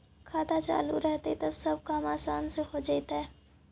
खाता चालु रहतैय तब सब काम आसान से हो जैतैय?